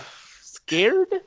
Scared